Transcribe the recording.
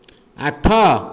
ଆଠ